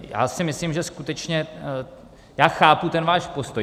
Já si myslím, že skutečně... já chápu ten váš postoj.